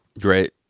great